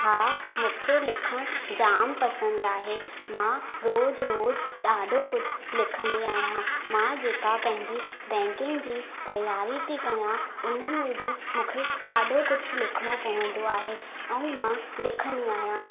हा मूंखे लिखणु जामु पसंदि आहे मां रोज़ु रोज़ु ॾाढो कुझु लिखंदी आहियां मां जेका पंहिंजी बैंकिंग जी तियारी थी कयां उन में बि मूंखे ॾाढो कुझु लिखिणो पवंदो आहे ऐं मां लिखंदी आहियां